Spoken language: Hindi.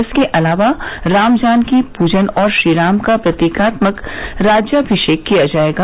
इसके अलावा राम जानकी पूजन और श्रीराम का प्रतीकात्मक राज्याभिषेक किया जायेगा